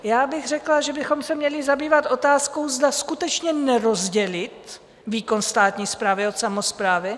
Já bych řekla, že bychom se měli zabývat otázkou, zda skutečně nerozdělit výkon státní správy od samosprávy.